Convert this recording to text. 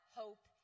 hope